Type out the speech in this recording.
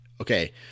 okay